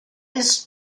ist